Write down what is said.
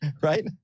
Right